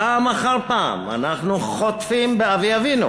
פעם אחר פעם אנחנו חוטפים באבי-אבינו